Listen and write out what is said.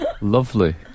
Lovely